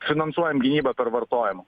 finansuojam gynybą per vartojimą